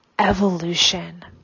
evolution